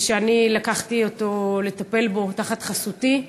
ואני לקחתי את הטיפול בו תחת חסותי.